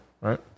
Right